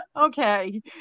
okay